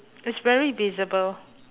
it's very visible